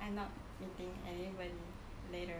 I not meeting anybody later